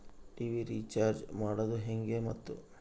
TV recharge ಮಾಡೋದು ಹೆಂಗ ಮತ್ತು?